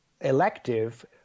elective